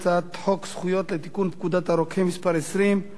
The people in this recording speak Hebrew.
הצעת חוק לתיקון פקודת הרוקחים (מס' 20)